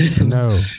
no